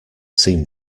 seem